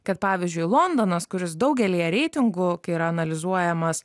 kad pavyzdžiui londonas kuris daugelyje reitingų kai yra analizuojamas